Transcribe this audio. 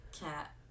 cat